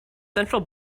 central